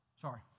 Sorry